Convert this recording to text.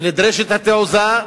ונדרשת התעוזה,